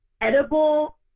edible